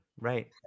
right